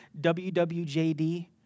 wwjd